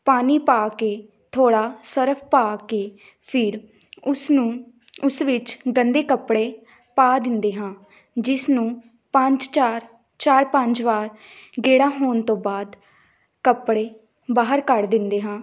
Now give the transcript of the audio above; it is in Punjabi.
ਪਾਣੀ ਪਾ ਕੇ ਥੋੜ੍ਹਾ ਸਰਫ਼ ਪਾ ਕੇ ਫਿਰ ਉਸਨੂੰ ਉਸ ਵਿੱਚ ਗੰਦੇ ਕੱਪੜੇ ਪਾ ਦਿੰਦੇ ਹਾਂ ਜਿਸ ਨੂੰ ਪੰਜ ਚਾਰ ਚਾਰ ਪੰਜ ਵਾਰ ਗੇੜਾ ਹੋਣ ਤੋਂ ਬਾਅਦ ਕੱਪੜੇ ਬਾਹਰ ਕੱਢ ਦਿੰਦੇ ਹਾਂ